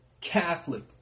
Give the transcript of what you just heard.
Catholic